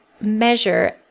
measure